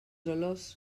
olors